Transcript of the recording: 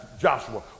Joshua